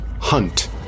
Hunt